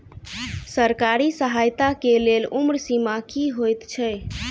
सरकारी सहायता केँ लेल उम्र सीमा की हएत छई?